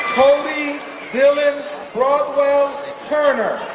cody dylan broadwell turner,